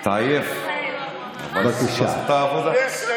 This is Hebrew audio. מתעייף, אבל עושה את העבודה.